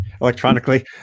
electronically